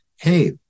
Hey